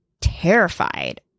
terrified